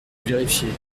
vérifier